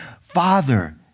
Father